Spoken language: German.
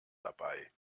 dabei